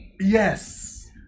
Yes